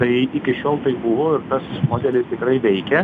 tai iki šiol taip buvo ir tas modelis tikrai veikia